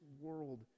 world